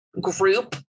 group